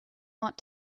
want